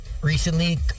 recently